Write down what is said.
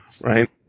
right